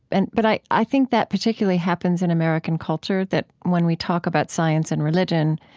and but i i think that particularly happens in american culture, that when we talk about science and religion,